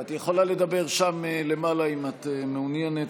את יכולה לדבר שם למעלה, אם את מעוניינת.